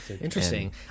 interesting